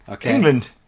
England